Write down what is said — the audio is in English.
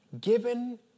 given